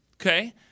okay